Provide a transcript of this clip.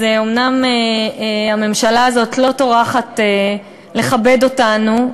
אז אומנם הממשלה הזאת לא טורחת לכבד אותנו,